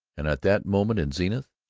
and at that moment in zenith,